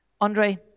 Andre